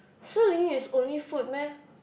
Shilin is only food meh